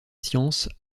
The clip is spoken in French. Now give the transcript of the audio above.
sciences